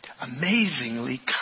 amazingly